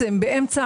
במצב